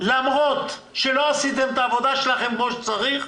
למרות שלא עשיתם את העבודה שלכם כמו שצריך,